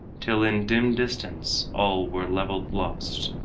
till in dim distance all were leveled lost.